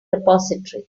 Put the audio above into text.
repository